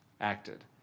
acted